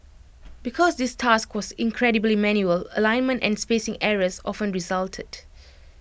because this task was incredibly manual alignment and spacing errors often resulted